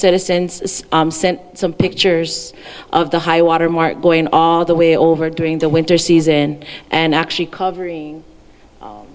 citizens sent some pictures of the high water mark going all the way over during the winter season and actually covering